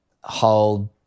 hold